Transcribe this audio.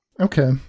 Okay